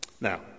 Now